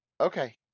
Okay